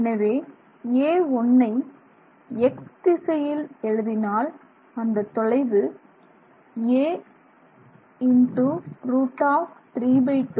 எனவே a1 ஐ X திசையில் எழுதினால் அந்த தொலைவு a √32 x ̂